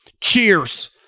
Cheers